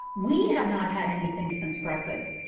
we have not had anything since breakfast.